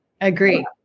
Agree